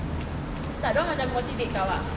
tak dorang macam motivate kau